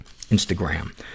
instagram